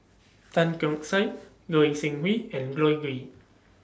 Tan Keong Saik Goi Seng Hui and Goei